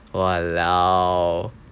!walao!